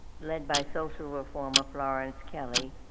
led by social reformer florence kelly